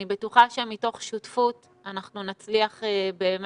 אני בטוחה שמתוך שותפות אנחנו נצליח באמת